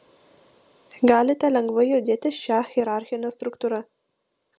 galite lengvai judėti šia hierarchine struktūra